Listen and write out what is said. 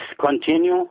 continue